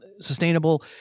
sustainable